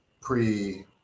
pre